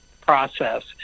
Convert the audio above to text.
process